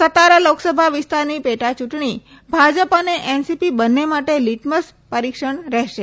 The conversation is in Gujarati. સતારા લોકસભા વિસ્તારની પેટાચૂંટણ ભાજપ અને એનસીપ બંને માટે લિટમસ પરિક્ષણ રહેશે